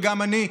וגם אני,